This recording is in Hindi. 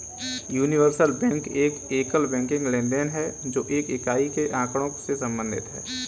यूनिवर्सल बैंक एक एकल बैंकिंग लेनदेन है, जो एक इकाई के आँकड़ों से संबंधित है